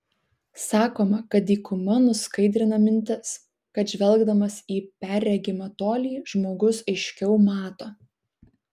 sakoma kad dykuma nuskaidrina mintis kad žvelgdamas į perregimą tolį žmogus aiškiau mato